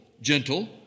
gentle